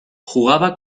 jugaba